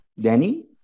Danny